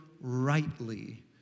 rightly